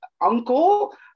uncle